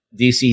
dc